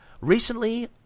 Recently